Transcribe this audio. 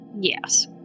Yes